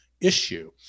issue